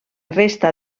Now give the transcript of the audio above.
resta